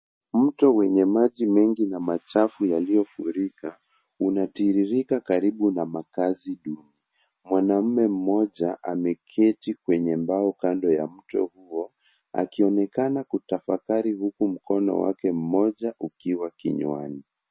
Mto wenye maji mengi na machafu yaliyofurika. Unatiririka karibu na makaazi duni. Mwanaume mmoja ameketi kwenye mbao kando ya mto akionekana kutafakari huku mkono wake mmoja ukiwa kinywani.